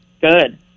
Good